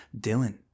Dylan